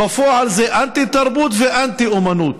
בפועל, זה אנטי-תרבות ואנטי-אומנות.